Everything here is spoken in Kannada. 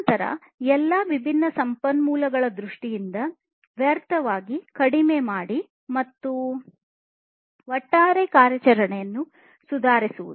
ನಂತರ ಎಲ್ಲಾ ವಿಭಿನ್ನ ಸಂಪನ್ಮೂಲಗಳ ದೃಷ್ಟಿಯಿಂದ ವ್ಯರ್ಥವನ್ನು ಕಡಿಮೆ ಮಾಡಿ ಮತ್ತು ಒಟ್ಟಾರೆ ಕಾರ್ಯಾಚರಣೆಯನ್ನು ಸುಧಾರಿಸಬೇಕು